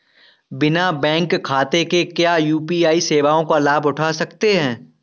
बिना बैंक खाते के क्या यू.पी.आई सेवाओं का लाभ उठा सकते हैं?